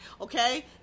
okay